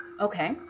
Okay